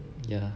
yeah